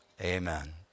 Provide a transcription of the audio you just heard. amen